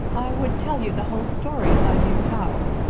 i would tell you the whole story if i knew how.